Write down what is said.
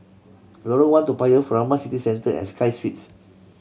Lorong One Toa Payoh Furama City Centre and Sky Suites